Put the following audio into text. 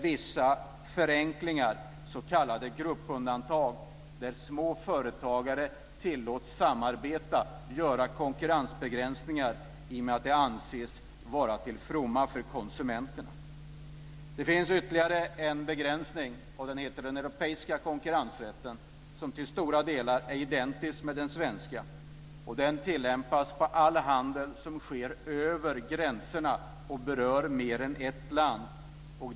Vissa förenklingar finns, s.k. gruppundantag, där små företagare tillåts att samarbeta och göra konkurrensbegränsningar i och med att det anses vara till fromma för konsumenterna. Det finns ytterligare en begränsning, den europeiska konkurrensrätten, som till stora delar är identisk med den svenska. Den tillämpas på all handel som sker över gränserna och berör mer än ett land.